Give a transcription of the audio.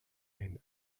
and